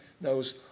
knows